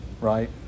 Right